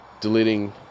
Deleting